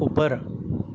اوپر